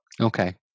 Okay